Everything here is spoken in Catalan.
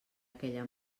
aquella